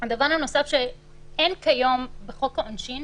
דבר נוסף, שאין כיום בחוק העונשין